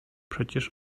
przecież